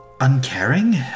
uncaring